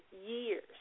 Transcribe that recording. years